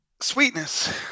sweetness